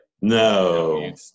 No